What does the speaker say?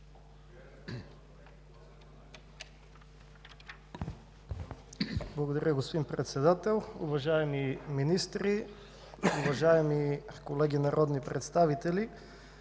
Благодаря, господин Председател. Уважаеми министри, уважаеми колеги народни представители!